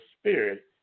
spirit